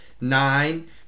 nine